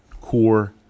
core